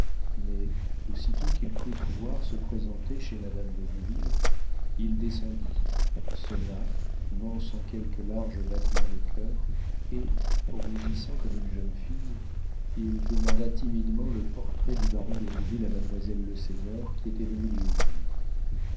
mais aussitôt qu'il crut pouvoir se présenter chez madame de rouville il descendit sonna non sans quelques larges battements de coeur et rougissant comme une jeune fille il demanda timidement le portrait du baron de rouville à mademoiselle leseigneur qui était venue lui ouvrir